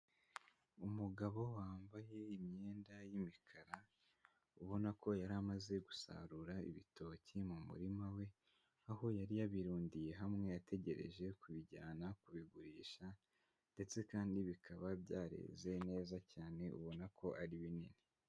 Umugabo wambaye imyenda y'imikara, ubona ko yari amaze gusarura ibitoki mu murima we aho yari yabirundiye hamwe ategereje kubijyana kubigurisha ndetse kandi bikaba byareze neza cyane ubona ko ari binini.